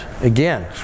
again